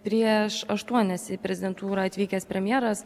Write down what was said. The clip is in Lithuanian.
prieš aštuonias į prezidentūrą atvykęs premjeras